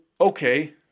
okay